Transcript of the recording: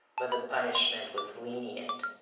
but the punishment was lenient.